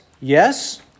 yes